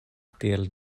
tiel